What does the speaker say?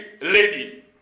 lady